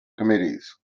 committees